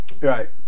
Right